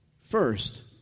First